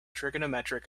trigonometric